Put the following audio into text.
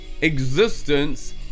existence